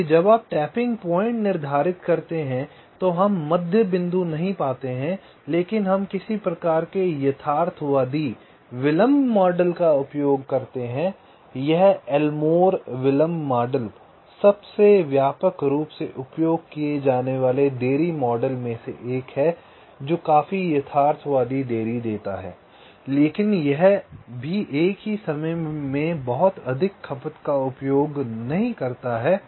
इसलिए जब आप टैपिंग पॉइंट निर्धारित करते हैं तो हम मध्य बिंदु नहीं पाते हैं लेकिन हम किसी प्रकार के यथार्थवादी विलंब मॉडल का उपयोग करते हैं यह एलमोर विलंब मॉडल सबसे व्यापक रूप से उपयोग किए जाने वाले देरी मॉडल में से एक है जो काफी यथार्थवादी देरी देता है लेकिन यह भी एक ही समय में बहुत अधिक खपत का उपभोग नहीं करता है